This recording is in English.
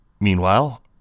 Meanwhile